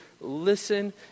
listen